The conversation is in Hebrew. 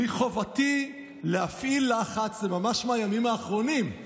"מחובתי להפעיל לחץ" זה ממש מהימים האחרונים,